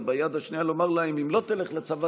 וביד השנייה לומר להם: אם לא תלך לצבא